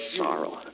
sorrow